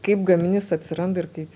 kaip gaminys atsiranda ir kaip